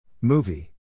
Movie